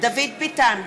דוד ביטן,